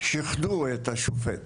שכנעו את השופט,